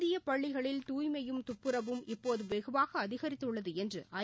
இந்திய பள்ளிகளில் துய்மையும் துப்புரவும் இப்போது வெகுவாக அதிகரித்துள்ளது என்று ஐ